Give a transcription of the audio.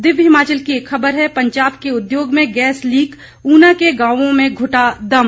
दिव्य हिमाचल की एक खबर है पंजाब के उद्योग में गैस लीक उना के गांवो में घुटा दम